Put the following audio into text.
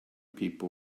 people